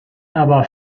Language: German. aber